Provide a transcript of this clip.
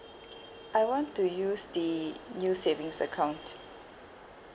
I want to use the new savings account